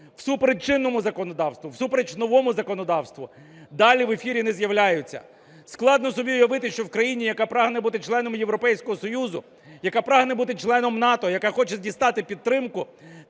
всупереч чинному законодавству, всупереч новому законодавству, далі в ефірі не з'являються. Складно собі уявити, що в країні, яка прагне бути членом Європейського Союзу, яка прагне бути членом НАТО, яка хоче дістати підтримку,